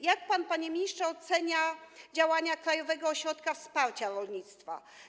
Jak pan, panie ministrze, ocenia działania Krajowego Ośrodka Wsparcia Rolnictwa?